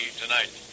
tonight